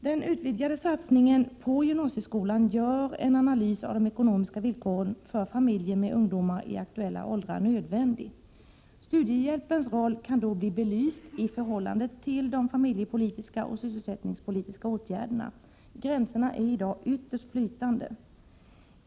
Den utvidgade satsningen på gymnasieskolan gör en analys av de ekonomiska villkoren för familjer med ungdomar i aktuella åldrar nödvändig. Studiehjälpens roll kan då bli belyst i förhållande till de familjepolitiska och sysselsättningspolitiska åtgärderna. Gränserna är i dag ytterst flytande.